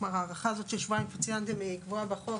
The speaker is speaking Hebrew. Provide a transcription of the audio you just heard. ההארכה הזאת של השבועיים כפי שציינתם היא כבר קבועה בחוק,